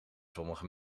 sommige